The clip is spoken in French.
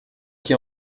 qui